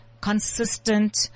consistent